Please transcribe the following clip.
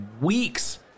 weeks